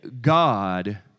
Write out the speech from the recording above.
God